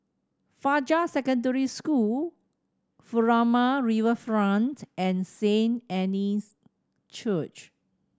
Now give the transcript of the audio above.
Fajar Secondary School Furama Riverfront and Saint Anne's Church